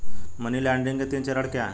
Money laundering के तीन चरण क्या हैं?